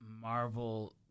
Marvel